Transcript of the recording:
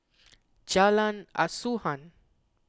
Jalan Asuhan